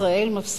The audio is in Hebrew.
ישראל מפסידה.